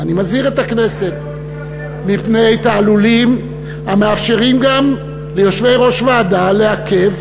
ואני מזהיר את הכנסת מפני תעלולים המאפשרים גם ליושבי-ראש ועדה לעכב